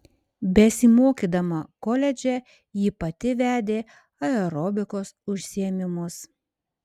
besimokydama koledže ji pati vedė aerobikos užsiėmimus